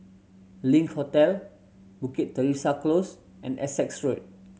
Link Hotel Bukit Teresa Close and Essex Road